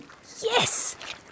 Yes